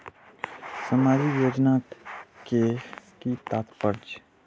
सामाजिक योजना के कि तात्पर्य?